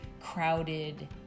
crowded